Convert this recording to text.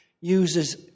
uses